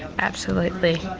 absolutely.